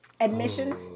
admission